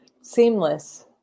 Seamless